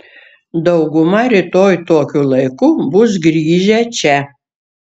dauguma rytoj tokiu laiku bus grįžę čia